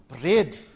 bread